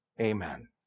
Amen